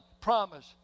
promise